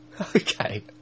Okay